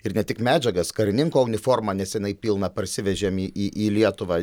ir ne tik medžiagas karininko uniformą nesenai pilną parsivežėm į į lietuvą